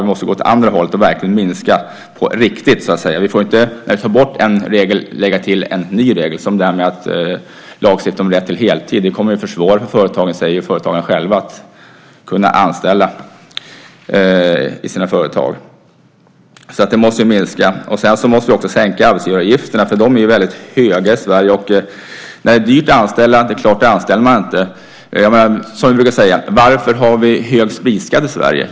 Vi måste gå åt andra hållet och verkligen minska på riktigt så att säga. När vi tar bort en regel får vi inte lägga till en ny regel, exempelvis att lagstifta om rätt till heltid. Det kommer enligt företagarna själva att göra det svårare att anställa. Arbetsgivaravgifterna måste också sänkas eftersom de är väldigt höga i Sverige. Och när det är dyrt att anställa så är det klart att man inte anställer. Vi brukar säga: Varför har vi hög spritskatt i Sverige?